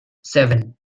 seven